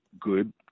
good